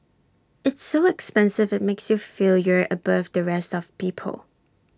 it's so expensive IT makes you feel you're above the rest of people